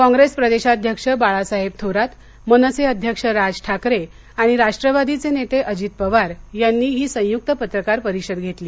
कॉप्रेस प्रदेशाध्यक्ष बाळासाहेब थोरात मनसे अध्यक्ष राज ठाकरे आणि राष्ट्रवादीचे नेते अजित पवार यांनी ही संयुक्त पत्रकार परिषद घेतली